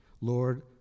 Lord